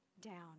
down